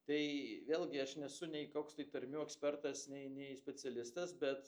tai vėlgi aš nesu nei koks tai tarmių ekspertas nei nei specialistas bet